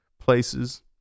places